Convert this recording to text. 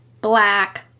black